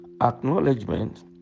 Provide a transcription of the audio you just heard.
Acknowledgement